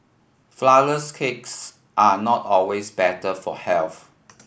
flourless cakes are not always better for health